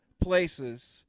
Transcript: places